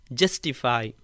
justify